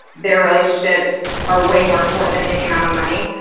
their relationships are way more important than any amount of money.